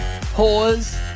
Pause